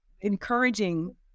encouraging